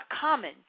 common